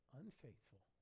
unfaithful